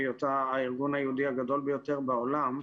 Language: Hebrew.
בהיותה הארגון היהודי הגדול ביותר בעולם,